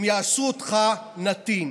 הם יעשו אותך נתין.